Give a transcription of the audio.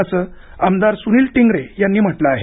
असं आमदार सुनील टिंगरे यांनी म्हटलं आहे